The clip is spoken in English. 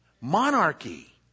monarchy